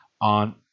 on